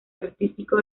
artístico